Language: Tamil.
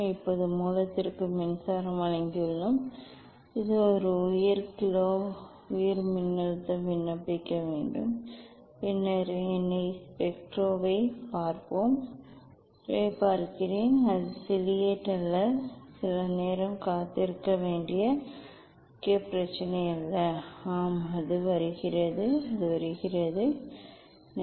இப்போது மூலத்திற்கு மின்சாரம் வழங்கியுள்ளோம் இது ஒரு உயர் கிலோ உயர் மின்னழுத்தம் விண்ணப்பிக்க வேண்டும் பின்னர் என்னை ஸ்பெக்ட்ராவைப் பார்ப்போம் ஸ்பெக்ட்ராவைப் பார்க்கிறேன் அது சிலியட் அல்ல இது சில நேரம் காத்திருக்க வேண்டிய முக்கிய பிரச்சினை அல்ல ஆம் அது வருகிறது அது வருகிறது வருகிறது